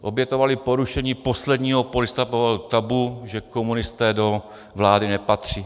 Obětovali porušení posledního polistopadového tabu, že komunisté do vlády nepatří.